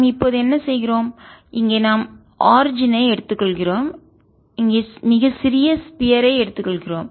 நாம் இப்போது என்ன செய்கிறோம் இங்கே நாம் ஆரிஜின் ஐ தோற்றத்தை எடுத்துக்கொள்கிறோம் இங்கே மிகச் சிறிய ஸ்பியர் ஐ கோளத்தை எடுத்துக் கொள்கிறோம்